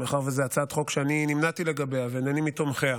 מאחר שזו הצעת חוק שנמנעתי לגביה ואינני מתומכיה,